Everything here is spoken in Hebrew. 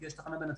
יש תחנה בנתב"ג,